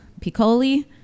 Piccoli